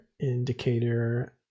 indicator